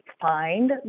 find